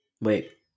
Wait